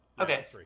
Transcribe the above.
Okay